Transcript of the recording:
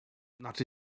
znaczy